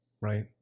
right